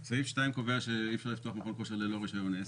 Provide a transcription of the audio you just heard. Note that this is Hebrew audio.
סעיף 2 קובע שאי אפשר לפתוח מכון כושר ללא רישיון עסק.